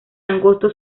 angosto